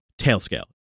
TailScale